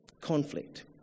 conflict